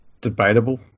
debatable